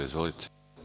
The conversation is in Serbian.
Izvolite.